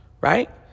Right